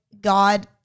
God